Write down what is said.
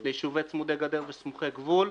ליישובים צמודי גדר וסמוכי גבול.